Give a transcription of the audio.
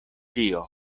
ĉio